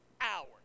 hours